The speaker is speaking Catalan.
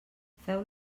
feu